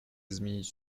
изменить